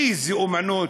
איזה אמנות,